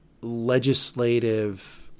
legislative